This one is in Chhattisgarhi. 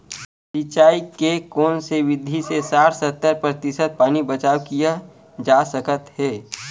सिंचाई के कोन से विधि से साठ सत्तर प्रतिशत पानी बचाव किया जा सकत हे?